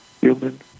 human